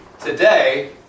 today